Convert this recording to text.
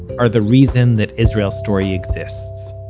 are the reason that israel story exists.